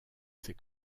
ses